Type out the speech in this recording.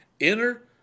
Enter